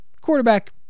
quarterback